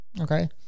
Okay